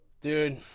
dude